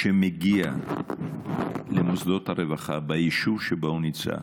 ומגיע למוסדות הרווחה ביישוב שבו הוא נמצא,